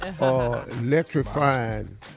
Electrifying